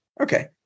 Okay